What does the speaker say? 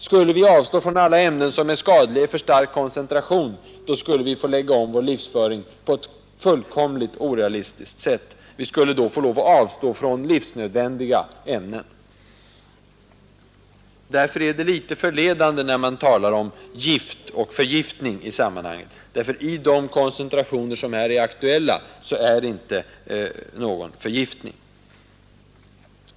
Skulle vi avstå från alla ämnen som är skadliga i för stark koncentration finge vi lägga om vår livsföring på ett fullkomligt orealistiskt sätt. Vi skulle då få lov att avstå från livsnödvändiga ämnen. Därför är det litet förledande när man talar om gift och förgiftning i sammanhanget, ty i de koncentrationer som är aktuella blir det inte någon förgiftning med fluor.